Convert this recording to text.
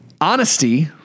Honesty